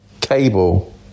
Cable